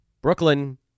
Brooklyn